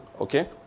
Okay